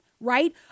right